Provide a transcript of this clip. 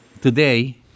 today